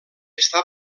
està